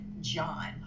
John